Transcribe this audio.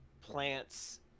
plants